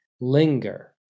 Linger